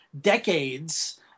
decades—